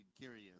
curious